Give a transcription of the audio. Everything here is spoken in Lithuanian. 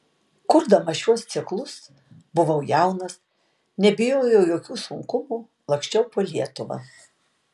kurdamas šiuos ciklus buvau jaunas nebijojau jokių sunkumų laksčiau po lietuvą